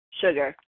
sugar